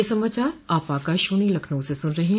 ब्रे क यह समाचार आप आकाशवाणी लखनऊ से सुन रहे हैं